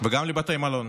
וגם לבתי מלון,